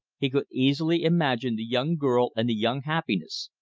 he could easily imagine the young girl and the young happiness,